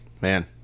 Man